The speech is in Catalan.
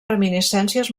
reminiscències